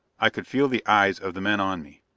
i could feel the eyes of the men on me.